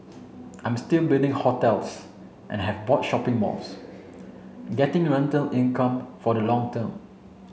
I'm still building hotels and have bought shopping malls getting rental income for the long term